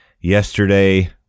yesterday